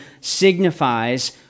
signifies